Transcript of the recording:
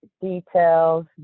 details